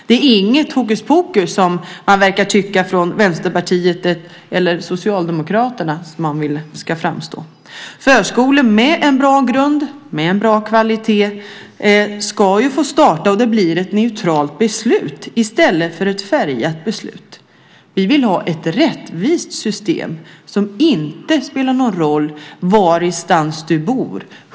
Det är inget hokus pokus, som man verkar tycka från Vänsterpartiet och Socialdemokraterna. Det är så man vill att det ska framstå. Förskolor med en bra grund, med en bra kvalitet, ska ju få starta, och det blir ett neutralt beslut i stället för ett färgat beslut. Vi vill ha ett rättvist system där det inte spelar någon roll var du bor.